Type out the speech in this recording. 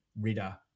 Ritter